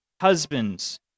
Husbands